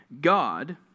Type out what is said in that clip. God